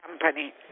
company